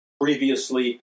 previously